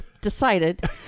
decided